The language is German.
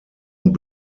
und